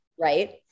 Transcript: right